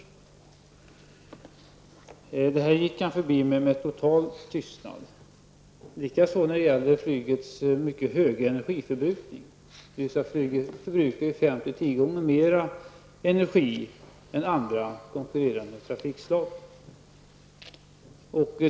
Sven-Gösta Signell gick förbi detta med total tystnad; liksom också frågan om flygets mycket höga energiförbrukning. Flyget förbrukar 5--10 gånger mer energi än andra konkurrerande trafikslag.